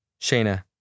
Shayna